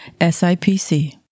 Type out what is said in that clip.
SIPC